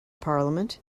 parliament